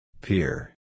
Peer